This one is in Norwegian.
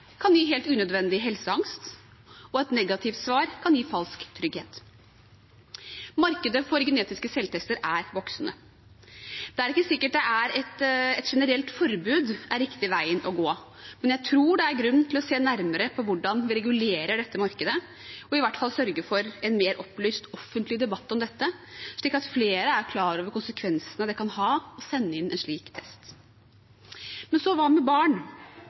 kan gi helt unødvendig helseangst, og et negativt svar kan gi falsk trygghet. Markedet for genetiske selvtester er voksende. Det er ikke sikkert et generelt forbud er riktig vei å gå, men jeg tror det er grunn til å se nærmere på hvordan vi regulerer dette markedet, og i hvert fall sørge for en mer opplyst offentlig debatt om dette, slik at flere blir klar over konsekvensene det kan ha å sende inn en slik test. Og hva med barn?